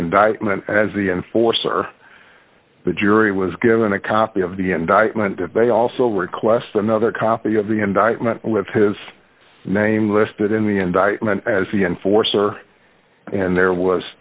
indictment as the enforcer the jury was given a copy of the indictment if they also request another copy of the indictment with his name listed in the indictment as the enforcer and there was